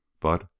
But